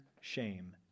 shame